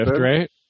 right